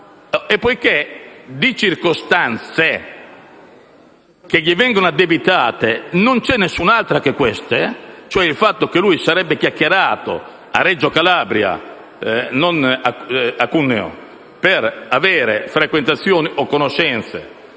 Per le circostanze che gli vengono addebitate, non c'è altra prova che questa, cioè il fatto che egli sarebbe chiacchierato a Reggio Calabria, non certo a Cuneo, per avere frequentazioni o conoscenze